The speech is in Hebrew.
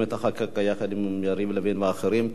את החקיקה יחד עם יריב לוין ואחרים,